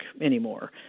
anymore